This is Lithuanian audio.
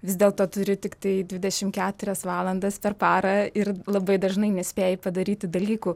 vis dėlto turi tiktai dvidešim keturias valandas per parą ir labai dažnai nespėji padaryti dalykų